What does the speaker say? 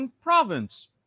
province